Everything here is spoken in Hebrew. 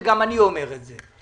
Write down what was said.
וגם אני אומר את זה,